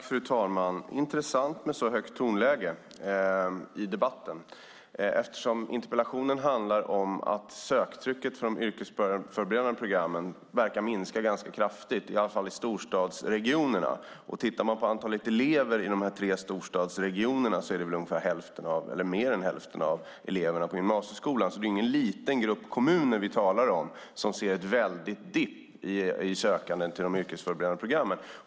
Fru talman! Det är intressant med ett så högt tonläge i debatten. Interpellationen handlar om att söktrycket för de yrkesförberedande programmen verkar minska kraftigt, i alla fall i storstadsregionerna. Tittar vi på antalet elever i de tre storstadsregionerna är det fråga om mer än hälften av eleverna i gymnasieskolan. Det är ingen liten grupp kommuner vi talar om som ser en dip i sökande till de yrkesförberedande programmen.